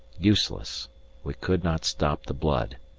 useless we could not stop the blood.